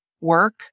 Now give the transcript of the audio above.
work